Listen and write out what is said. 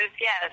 yes